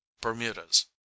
bermudas